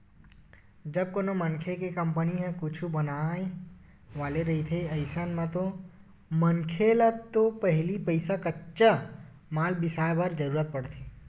जब कोनो मनखे के कंपनी ह कुछु बनाय वाले रहिथे अइसन म ओ मनखे ल तो पहिली पइसा कच्चा माल बिसाय बर जरुरत पड़थे